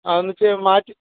ആ അതൊന്നിച്ചിരി മാറ്റി